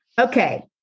Okay